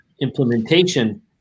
implementation